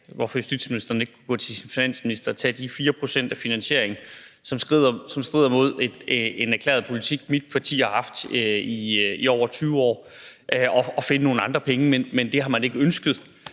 hvorfor justitsministeren ikke kunne gå til sin finansminister og tage de 4 pct. af finansieringen, som strider mod en erklæret politik, mit parti har haft i over 20 år, og finde nogle andre penge. Men det har man ikke ønsket,